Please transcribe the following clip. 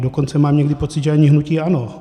Dokonce mám někdy pocit, že ani hnutí ANO.